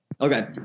Okay